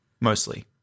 mostly